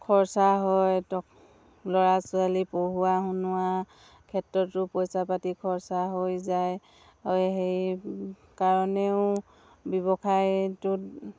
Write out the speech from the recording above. খৰচা হয় টকা ল'ৰা ছোৱালী পঢ়ুৱা শুনোৱা ক্ষেত্ৰতো পইচা পাতি খৰচা হৈ যায় হয় সেই কাৰণেও ব্যৱসায়টোত